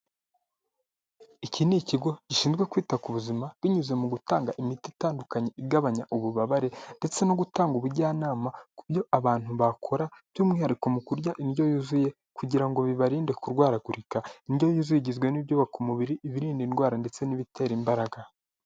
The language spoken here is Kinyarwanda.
Iki ni ikigo gishinzwe kwita ku buzima, binyuze mu gutanga imiti itandukanye igabanya ububabare ndetse no gutanga ubujyanama ku byo abantu bakora, by'umwihariko mu kurya indyo yuzuye kugira ngo bibarinde kurwaragurika, indyo yuzuye igizwe n'ibyubaka umubiri, ibirinda indwara ndetse n'ibitera imbaraga.